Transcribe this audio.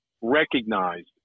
recognized